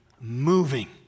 moving